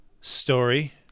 story